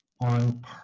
on